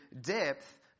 depth